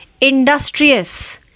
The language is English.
Industrious